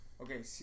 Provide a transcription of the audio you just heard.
Okay